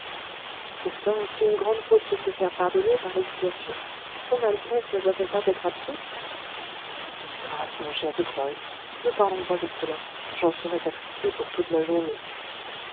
pourtant si une grande faute peut se faire pardonner par l'expiation son altesse ne doit-elle pas être absoute de grâce mon cher de graün ne parlons pas de cela j'en serais attristé pour toute la journée